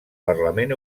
parlament